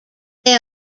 they